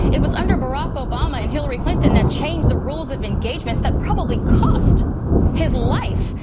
it was under barack obama and hillary clinton that changed the rules of engagement that probably cost his life.